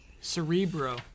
Cerebro